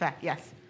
Yes